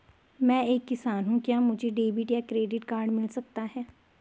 मैं एक किसान हूँ क्या मुझे डेबिट या क्रेडिट कार्ड मिल सकता है?